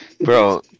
Bro